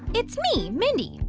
it's me, mindy.